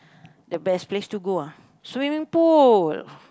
the best place to go ah swimming pool